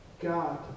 God